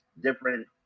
different